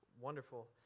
wonderful